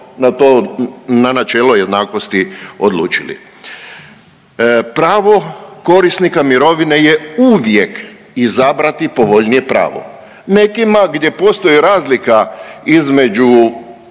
to načelo jednakosti odlučili. Pravo korisnika mirovine je uvijek izabrati povoljnije pravo. Nekima gdje postoji razlika između